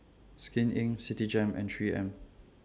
Skin Inc Citigem and three M